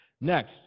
Next